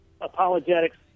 apologetics